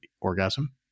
orgasm